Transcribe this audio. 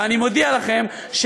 ואני מודיע לכם,